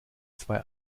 zwei